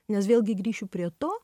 nes vėlgi grįšiu prie to